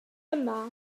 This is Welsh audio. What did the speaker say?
yma